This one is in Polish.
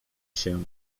się